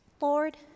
Lord